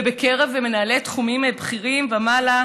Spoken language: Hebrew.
ובקרב מנהלי תחומים בכירים ומעלה,